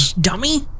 dummy